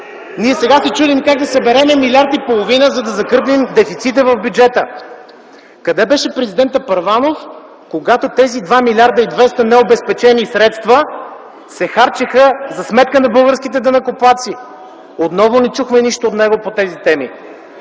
Ние сега се чудим как да съберем милиард и половина, за да закърпим дефицита в бюджета. Къде беше президентът Първанов, когато тези 2 млрд. 200 млн. лв. необезпечени средства се харчеха за сметка на българските данъкоплатци? Отново не чухме нищо от него по тези теми.